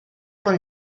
con